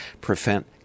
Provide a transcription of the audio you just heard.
prevent